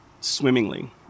swimmingly